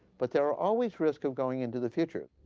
but there are always risks of going into the future.